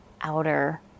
outer